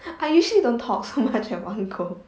I usually don't talk so much at one go